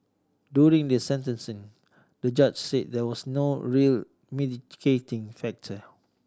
during the sentencing the judge said there was no real mitigating factor